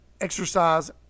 exercise